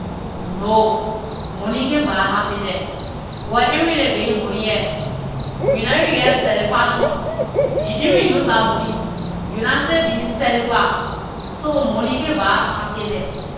No! Money can't buy happiness, because even dem give you money here, when you nah geh satisfaction, you even use dah money, you will nah still be satisfy. So, money can't buy happiness.